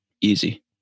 easy